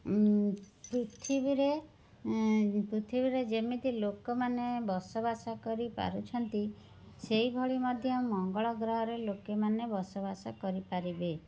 ପୃଥିବୀରେ ପୃଥିବୀରେ ଯେମିତି ଲୋକମାନେ ବସବାସ କରିପାରୁଛନ୍ତି ସେହିଭଳି ମଧ୍ୟ ମଙ୍ଗଳଗ୍ରହରେ ଲୋକମାନେ ବସବାସ କରିପାରିବେ